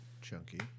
Chunky